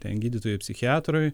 ten gydytojui psichiatrui